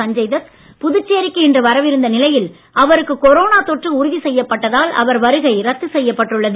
சஞ்சய் தத் புதுச்சேரிக்கு இன்று வரவிருந்த நிலையில் அவருக்கு கொரோனா தொற்று உறுதி செய்யப் பட்டதால் அவர் வருகை ரத்து செய்யப் பட்டுள்ளது